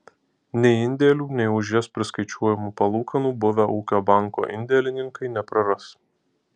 nei indėlių nei už jas priskaičiuojamų palūkanų buvę ūkio banko indėlininkai nepraras